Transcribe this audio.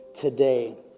today